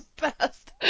best